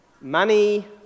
Money